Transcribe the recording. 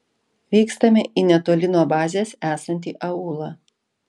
vykstame į netoli nuo bazės esantį aūlą